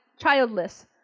childless